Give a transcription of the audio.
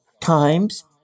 Times